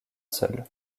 seul